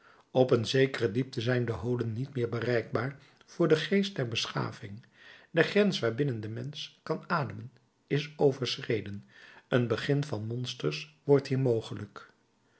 op een zekere diepte zijn de holen niet meer bereikbaar voor den geest der beschaving de grens waarbinnen de mensch kan ademen is overschreden een begin van monsters wordt hier mogelijk